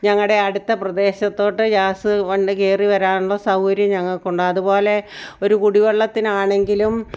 ഞങ്ങളുടെ അടുത്ത പ്രദേശത്തോട്ട് ഗ്യാസ് വണ്ടി കേറി വരാനുള്ള സൗകര്യം ഞങ്ങൾക്കുണ്ടായത് അതുപോലെ ഒരു കുടിവെള്ളത്തിനാണെങ്കിലും